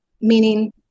meaning